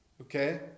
Okay